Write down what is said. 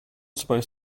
suppose